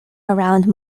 around